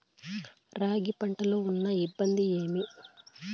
రాగి పంటలో ఉన్న ఇబ్బంది ఏమి?